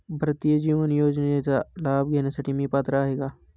भारतीय जीवन विमा योजनेचा लाभ घेण्यासाठी मी पात्र आहे का?